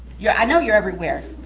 yeah i know you're everywhere.